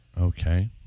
Okay